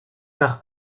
par